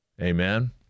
Amen